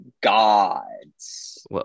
gods